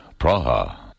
Praha